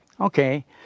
okay